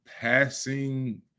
passing